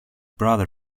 brother